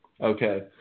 okay